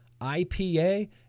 IPA